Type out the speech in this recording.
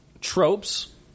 tropes